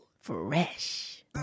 Fresh